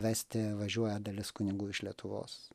vesti važiuoja dalis kunigų iš lietuvos